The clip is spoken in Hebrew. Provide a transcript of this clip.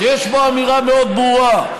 שיש בו אמירה מאוד ברורה.